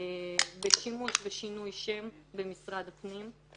בעזרת שימוש בשינוי שם במשרד הפנים.